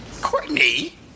Courtney